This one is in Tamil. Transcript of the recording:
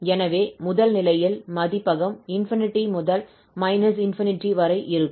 எனவே முதல் நிலையில் மதிப்பகம் ∞ முதல் −∞ வரை இருக்கும்